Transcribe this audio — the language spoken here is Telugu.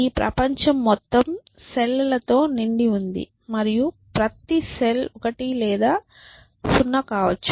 ఈ ప్రపంచం మొత్తం సెల్ లతో నిండి ఉంది మరియు ప్రతి సెల్ 1 లేదా 0 కావచ్చు